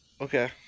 Okay